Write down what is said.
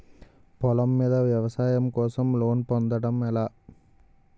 పొలం మీద వ్యవసాయం కోసం లోన్ పొందటం ఎలా?